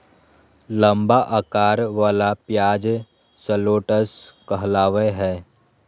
लंबा अकार वला प्याज शलोट्स कहलावय हय